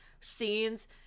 scenes